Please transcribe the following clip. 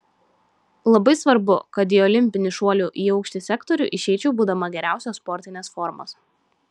labai svarbu kad į olimpinį šuolių į aukštį sektorių išeičiau būdama geriausios sportinės formos